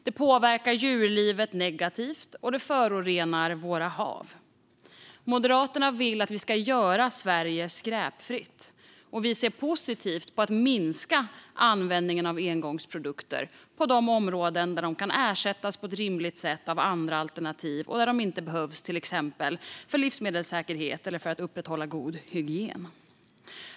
Skräp påverkar djurlivet negativt, och det förorenar våra hav. Moderaterna vill att vi ska göra Sverige skräpfritt, och vi ser positivt på att minska användningen av engångsprodukter på de områden där de kan ersättas på ett rimligt sätt av andra alternativ och där de inte behövs till exempel för livsmedelssäkerhet eller för att upprätthålla god hygien.